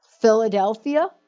Philadelphia